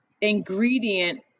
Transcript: ingredient